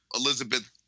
elizabeth